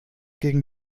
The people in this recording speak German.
gegen